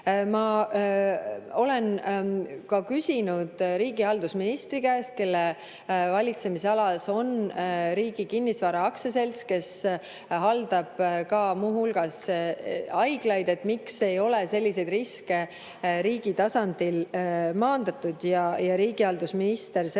Ma olen ka küsinud riigihalduse ministri käest, kelle valitsemisalas on Riigi Kinnisvara Aktsiaselts, kes haldab muu hulgas haiglaid, et miks ei ole selliseid riske riigi tasandil maandatud. Ja riigihalduse minister sellega